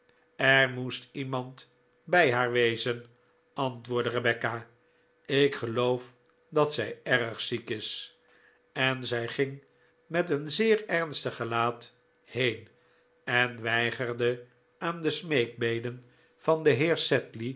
er moest iemand bij haar wezen antwoordde rebecca ik geloof dat zij erg ziek is en zij ging met een zeer ernstig gelaat heen en weigerde aan de smeekbeden van den